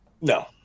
No